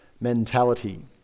mentality